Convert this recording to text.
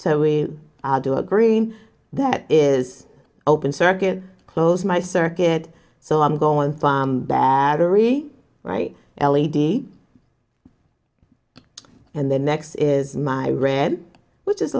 so we do agree that is open circuit closed my circuit so i'm going to battery right l e d and the next is my red which is a